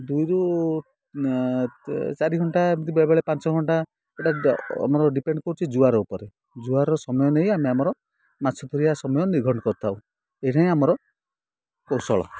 ଦୁଇ ରୁ ଚାରି ଘଣ୍ଟା ଏମିତି ବେଳେବେଳେ ପାଞ୍ଚ ଘଣ୍ଟା ଏଇଟା ଆମର ଡିପେଣ୍ଡ କରୁଛି ଜୁଆର ଉପରେ ଜୁଆର ର ସମୟ ନେଇ ଆମେ ଆମର ମାଛ ଧରିବା ସମୟ ନିର୍ଘଟ କରିଥାଉ ଏଇଟା ହିଁ ଆମର କୌଶଳ